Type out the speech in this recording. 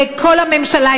וכל הממשלה,